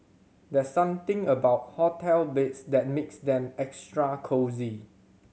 there's something about hotel beds that makes them extra cosy